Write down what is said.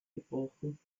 gebrochen